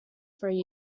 three